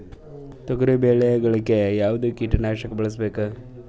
ತೊಗರಿಬೇಳೆ ಗೊಳಿಗ ಯಾವದ ಕೀಟನಾಶಕ ಬಳಸಬೇಕು?